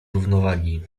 równowagi